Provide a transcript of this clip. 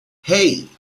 hey